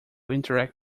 interact